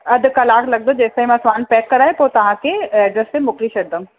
अधु कलाकु लॻंदो जेसिताईं मां सामानु पैक कराए पोइ तव्हांखे एड्रेस ते मोकिली छॾींदमि